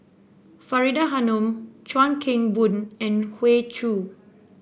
Faridah Hanum Chuan Keng Boon and Hoey Choo